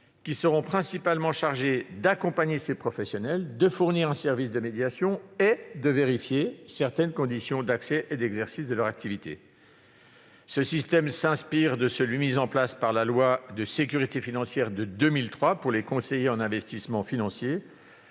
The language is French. qui seront principalement chargées d'accompagner ces professionnels, de fournir un service de médiation et de vérifier certaines conditions d'accès et d'exercice de leur activité. Ce système s'inspire de celui qui a été mis en place par la loi de sécurité financière de 2003 pour les conseillers en investissements financiers,